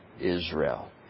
Israel